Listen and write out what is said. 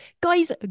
Guys